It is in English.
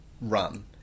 run